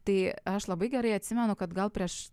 tai aš labai gerai atsimenu kad gal prieš